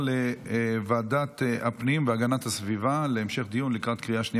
לוועדת הפנים והגנת הסביבה נתקבלה.